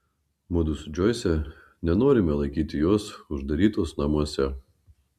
mudu su džoise nenorime laikyti jos uždarytos namuose